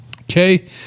Okay